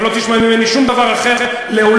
אתה לא תשמע ממני שום דבר אחר לעולם.